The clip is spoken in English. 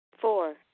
Four